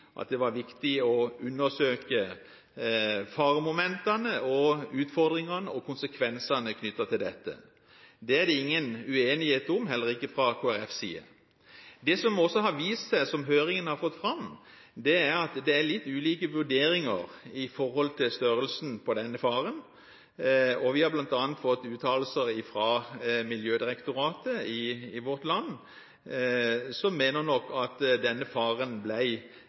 at det var viktig å undersøke faremomentene, utfordringene og konsekvensene knyttet til dette. Det er det ingen uenighet om, heller ikke fra Kristelig Folkepartis side. Det som også har vist seg, som høringen har fått fram, er at det er litt ulike vurderinger av størrelsen på denne faren. Vi har bl.a. fått uttalelser fra Miljødirektoratet i vårt land, som nok mener at denne faren